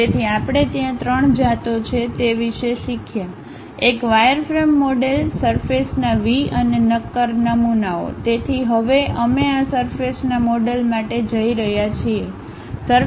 તેથી આપણે ત્યાં ત્રણ જાતો છે તે વિશે શીખ્યા એક વાયરફ્રેમ મોડેલ સરફેસના Vઅને નક્કર નમૂનાઓ તેથી હવે અમે આ સરફેસના મોડલ માટે જઈ રહ્યા છીએ